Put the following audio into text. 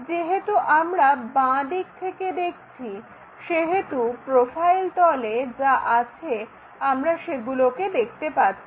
যেহেতু আমরা বাঁ দিক থেকে দেখছি সেহেতু প্রোফাইল তলে যা আছে আমরা সেগুলোকে দেখতে পাচ্ছি